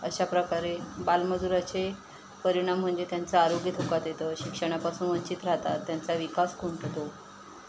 अशा प्रकारे बालमजुराचे परिणाम म्हणजे त्यांचं आरोग्य धोक्यात येतं शिक्षणापासून वंचित राहतात त्यांचा विकास खुंठतो